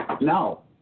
No